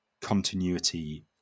continuity